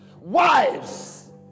Wives